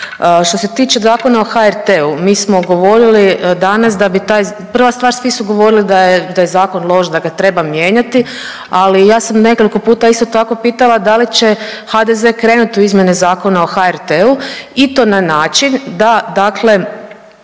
Što se tiče Zakona o HRT-u, mi smo govorili danas da bi taj, prva stvar, svi su govorili da je zakon loš, da ga treba mijenjati, ali ja sam nekoliko puta, isto tako, pitala da li će HDZ krenuti u izmjene Zakona o HRT-u i to na način da dakle,